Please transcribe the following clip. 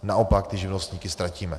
Naopak, ty živnostníky ztratíme.